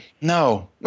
no